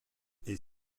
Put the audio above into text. est